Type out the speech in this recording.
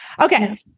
Okay